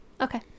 Okay